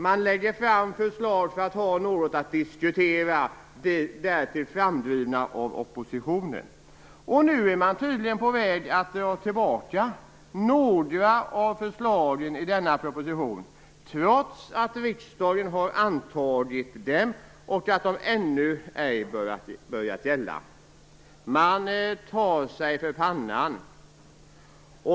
Man lägger fram förslag "för att ha något att diskutera", därtill framdrivna av oppositionen. Nu är man tydligen på väg att dra tillbaka några av förslagen i denna proposition, trots att riksdagen har antagit dem och att de ännu ej börjat gälla. Man tar sig för pannan.